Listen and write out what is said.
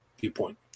viewpoint